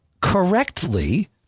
correctly